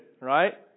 right